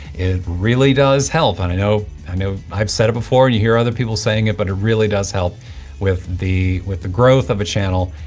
it really does help and i know i know i've said it before, you hear other people saying it, but it really does help with the with the growth of a channel,